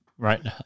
Right